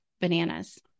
bananas